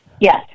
Yes